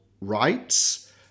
rights